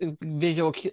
visual